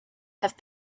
have